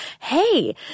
Hey